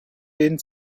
den